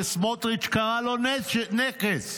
שסמוטריץ' קרא לו "נכס"